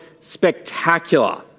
spectacular